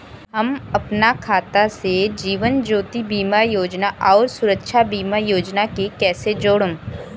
हम अपना खाता से जीवन ज्योति बीमा योजना आउर सुरक्षा बीमा योजना के कैसे जोड़म?